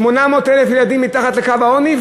ש-800,000 ילדים נמצאים מתחת לקו העוני,